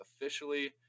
officially